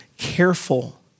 careful